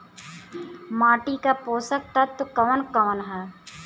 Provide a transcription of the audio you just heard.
माटी क पोषक तत्व कवन कवन ह?